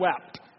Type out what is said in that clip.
wept